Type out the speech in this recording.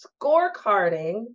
scorecarding